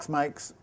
makes